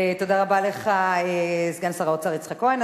תודה רבה לך, סגן שר האוצר, יצחק כהן.